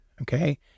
okay